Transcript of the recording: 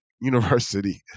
University